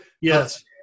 Yes